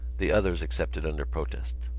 the others accepted under protest.